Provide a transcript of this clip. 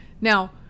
Now